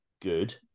good